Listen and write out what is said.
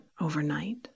overnight